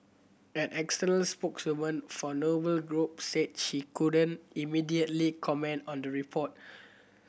an external spokeswoman for Noble Group said she couldn't immediately comment on the report